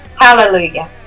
Hallelujah